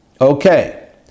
Okay